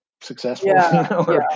successful